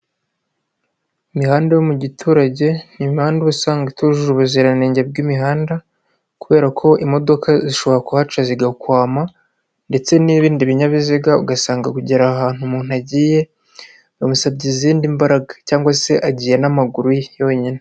Imihanda yo mu giturage, ni imihanda ubu usanga itujuje ubuziranenge bw'imihanda, kubera ko imodoka zishobora kuhaca zigakwama ndetse n'ibindi binyabiziga ugasanga kugera ahantu umuntu agiye bamusabye izindi mbaraga cyangwa se agiye n'amaguru ye.